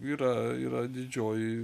yra yra didžioji